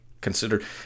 considered